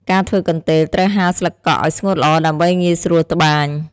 ការធ្វើកន្ទេល ត្រូវហាលស្លឹកកក់ឲ្យស្ងួតល្អដើម្បីងាយស្រួលត្បាញ។